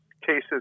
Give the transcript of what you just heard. cases